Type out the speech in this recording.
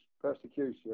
persecution